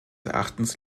erachtens